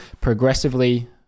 progressively